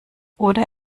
oder